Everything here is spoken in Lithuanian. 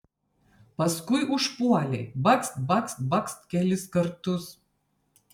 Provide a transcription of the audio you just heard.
paskui užpuolei bakst bakst bakst kelis kartus